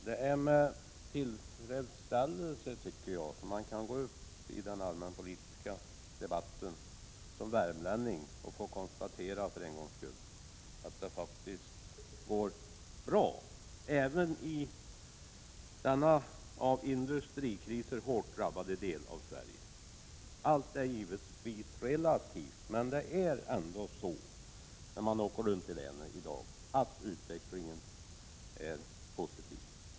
Herr talman! Det är med tillfredsställelse man som värmlänning kan gå uppi den allmänpolitiska debatten och för en gångs skull få konstatera att det faktiskt går bra även i den av industrikriser hårt drabbade del av Sverige som Värmland utgör. Allt är givetvis relativt, men när man åker runt i länet i dag märker man ändå att utvecklingen är positiv.